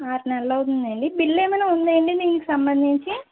ఆరు నెలలు అవుతుందాండి బిల్ ఏమైనా ఉందండి దీనికి సంబంధించి